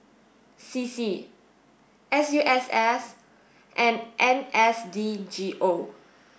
C C S U S S and N S D G O